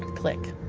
click.